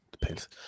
Depends